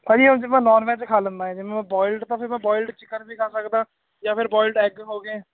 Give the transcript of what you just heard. ਭਾਜੀ ਉਂਝ ਮੈਂ ਨੋਨ ਵੈਜ ਖਾ ਲੈਦਾ ਏਂ ਜਿਵੇਂ ਬੋਇਲਡ ਤਾਂ ਫਿਰ ਬੋਇਲਡ ਚਿਕਨ ਵੀ ਖਾ ਸਕਦਾ ਜਾਂ ਫਿਰ ਬੋਇਲਡ ਐੱਗ ਹੋ ਗਏ